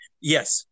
Yes